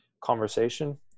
conversation